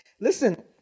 Listen